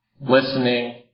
listening